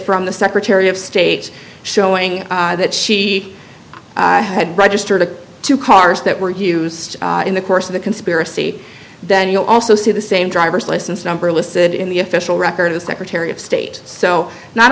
from the secretary of state's showing that she i had registered the two cars that were used in the course of the conspiracy then you'll also see the same driver's license number listed in the official record of secretary of state so not